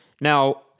Now